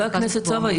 חבר הכנסת סובה,